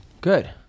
Good